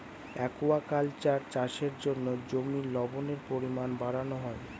aquaculture চাষের জন্য জমির লবণের পরিমান বাড়ানো হয়